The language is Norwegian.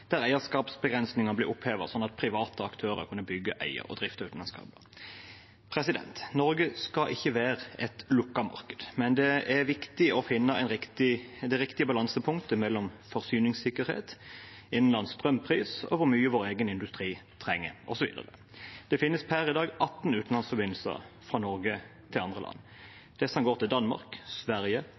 der eierskapsbegrensningen ble opphevet, sånn at private aktører kunne bygge, eie og drifte utenlandskabler. Norge skal ikke være et lukket marked, men det er viktig å finne det riktige balansepunktet mellom forsyningssikkerhet, innenlands strømpris, hvor mye vår egen industri trenger, osv. Det finnes per i dag 18 utenlandsforbindelser fra Norge til andre land. Disse går til Danmark, Sverige,